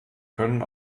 können